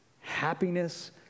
happiness